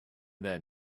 then